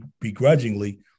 begrudgingly